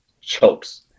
chokes